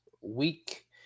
week